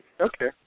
Okay